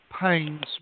pains